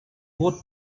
what